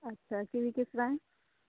ਅੱਛਾ ਕੀਵੀ ਕਿਸ ਤਰ੍ਹਾਂ ਹੈ